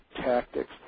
tactics